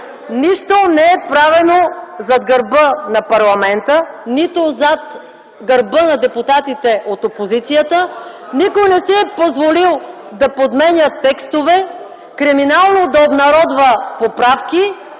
Нищо не е правено зад гърба на парламента, нито зад гърба на депутатите от опозицията. Никой не си е позволил да подменя текстове, криминално да обнародва поправки